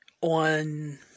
on